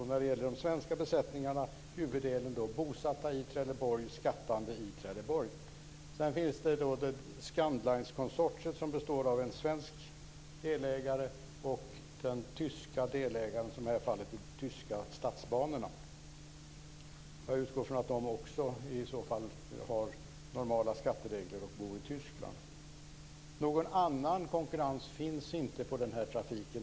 Huvuddelen av de svenska besättningarna är bosatta och skattande i Trelleborg. Där finns också Scan Line-konsortiet, som har en svensk delägare och en tysk delägare, nämligen de tyska statsbanorna. Jag utgår från att de tyska besättningarna bor i Tyskland och har normala skatteregler där. Någon annan konkurrens finns inte i den här trafiken.